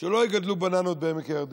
שלא יגדלו בננות בעמק הירדן.